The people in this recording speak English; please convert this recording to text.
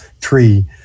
tree